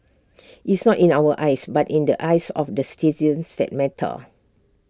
it's not in our eyes but in the eyes of the citizens that matter